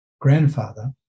Grandfather